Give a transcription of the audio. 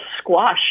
squash